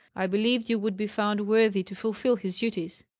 i believed you would be found worthy to fulfil his duties.